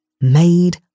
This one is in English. Made